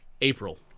April